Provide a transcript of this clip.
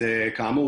כאמור,